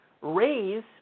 raise